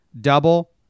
Double